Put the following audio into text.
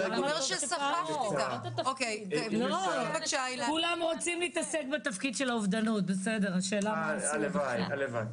כולם רוצים להתעסק בזה, השאלה מה עושים עם